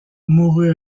mourut